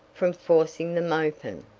from forcing them open.